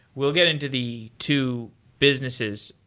we'll get into the two businesses,